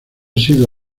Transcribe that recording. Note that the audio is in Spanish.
sido